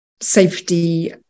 safety